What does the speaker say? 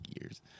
years